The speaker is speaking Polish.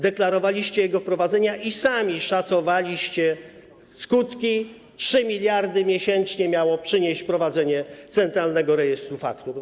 Deklarowaliście jego wprowadzenie i sami szacowaliście skutki - 3 mld miesięcznie miało przynieść wprowadzenie Centralnego Rejestru Faktur.